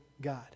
God